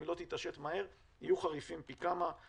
אם היא לא תתעשת מהר יהיו חריפים פי כמה.